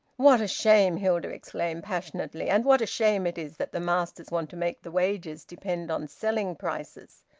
what a shame! hilda exclaimed passionately. and what a shame it is that the masters want to make the wages depend on selling prices!